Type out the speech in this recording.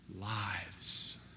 lives